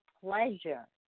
pleasure